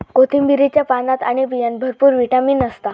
कोथिंबीरीच्या पानात आणि बियांत भरपूर विटामीन असता